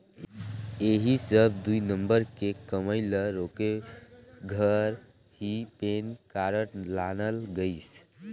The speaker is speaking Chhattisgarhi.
ऐही सब दुई नंबर के कमई ल रोके घर ही पेन कारड लानल गइसे